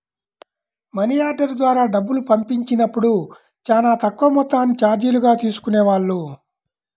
money order ద్వారా డబ్బులు పంపించినప్పుడు చానా తక్కువ మొత్తాన్ని చార్జీలుగా తీసుకునేవాళ్ళు